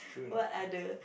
what other